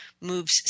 moves